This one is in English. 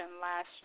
last